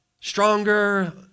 Stronger